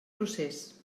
procés